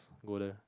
go there